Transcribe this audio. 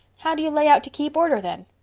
how do you lay out to keep order then?